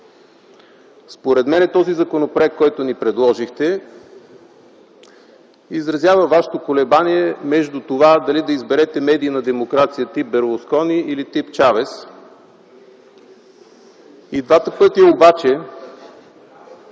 Според мен законопроектът, който ни предложихте, изразява вашето колебание между това дали да изберете медийна демокрация тип „Берлускони” или тип „Чавес”. И при двата пътя обаче